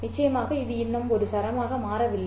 நிச்சயமாக இது இன்னும் ஒரு சரமாக மாறவில்லை